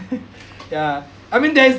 ya I mean there's